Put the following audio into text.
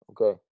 Okay